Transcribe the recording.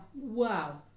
wow